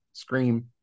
scream